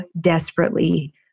desperately